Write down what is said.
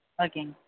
ஓகேங்க